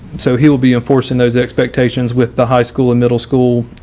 so he will be enforcing those expectations with the high school and middle school,